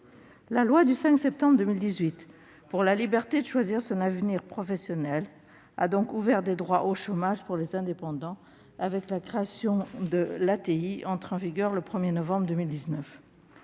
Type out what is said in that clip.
La loi du 5 septembre 2018 pour la liberté de choisir son avenir professionnel a donc ouvert des droits au chômage pour les indépendants, avec la création de l'ATI, entrée en vigueur le 1 novembre 2019.